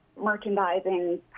merchandising